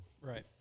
Right